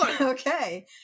Okay